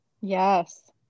Yes